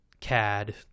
cad